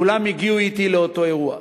כולם הגיעו אתי לאותו אירוע.